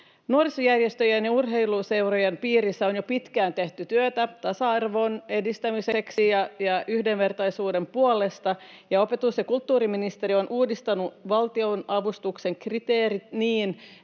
Nuorisojärjestöjen ja urheiluseurojen piirissä on jo pitkään tehty työtä tasa-arvon edistämiseksi ja yhdenvertaisuuden puolesta, ja opetus- ja kulttuuriministeriö on uudistanut valtionavustuksen kriteerit niin,